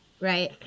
Right